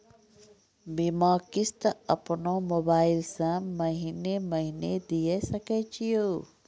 बीमा किस्त अपनो मोबाइल से महीने महीने दिए सकय छियै?